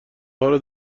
هارو